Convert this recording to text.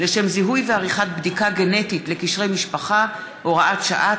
לשם זיהוי ועריכת בדיקה גנטית לקשרי משפחה (הוראת שעה),